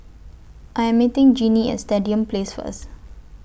I Am meeting Jinnie At Stadium Place First